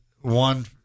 one